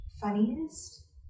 Funniest